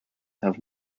have